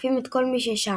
ותוקפים את כל מי ששם,